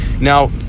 Now